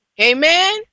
Amen